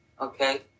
Okay